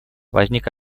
возник